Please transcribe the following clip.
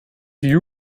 you